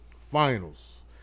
finals